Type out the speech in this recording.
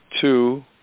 Two